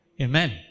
Amen